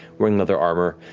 wearing leather armor,